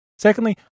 Secondly